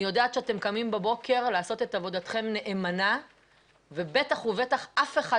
אני יודעת שאתם קמים בבוקר לעשות את עבודתכם נאמנה ובטח ובטח אף אחד